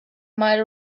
might